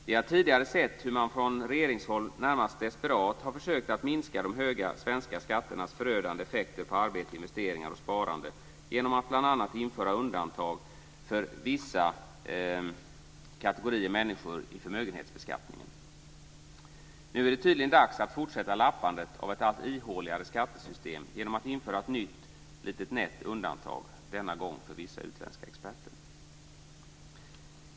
Vi har tidigare sett hur man från regeringshåll närmast desperat har försökt att minska de höga svenska skatternas förödande effekter på arbete, investeringar och sparande genom att bl.a. införa undantag för vissa kategorier människor i förmögenhetsbeskattningen. Nu är det tydligen dags att fortsätta lappandet av ett allt ihåligare skattesystem genom att införa ett nytt nätt litet undantag, denna gång för vissa utländska experter.